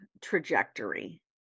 trajectory